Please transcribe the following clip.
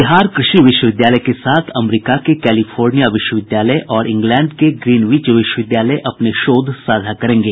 बिहार कृषि विश्वविद्यालय के साथ अमरीका के कैलिफोर्निया विश्वविद्यालय और इंग्लैंड के ग्रीनवीच विश्वविद्यालय अपने शोध साझा करेंगे